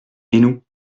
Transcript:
nous